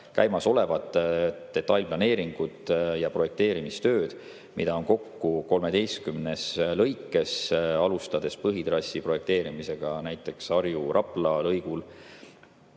käimasolevad detailplaneeringud ja projekteerimistööd, mida on kokku 13 lõigul, näiteks põhitrassi projekteerimine Harju–Rapla lõigul,